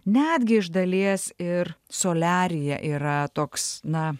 netgi iš dalies ir soliaryje yra toks na